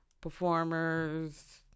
performers